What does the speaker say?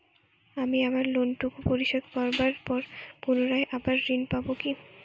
আমি আমার লোন টুকু পরিশোধ করবার পর পুনরায় আবার ঋণ পাবো কি?